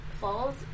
falls